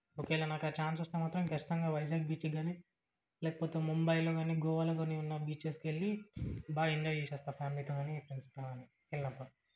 ఒకవేళ నాకు ఆ ఛాన్స్ వస్తే మాత్రం ఖచ్చితంగా వైజాగ్ బీచ్కి గానీ లేకపోతే ముంబైలో గానీ గోవాలో గానీ ఉన్న బీచెస్కి వెళ్ళి బాగా ఎంజాయ్ చేసి వస్తూ ఫ్రెండ్స్తో కానీ ఫ్యామిలీతో కానీ వెళ్ళినప్పుడు